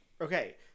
Okay